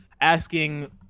asking